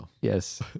yes